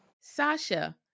Sasha